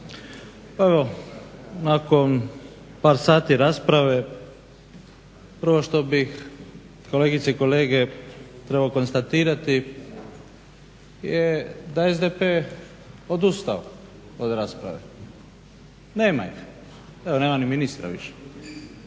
Pa evo nakon par sati rasprave prvo što bih kolegice i kolege trebao konstatirati je da je SDP odustao od rasprave. Nema ih. Dobro nema ni ministra više,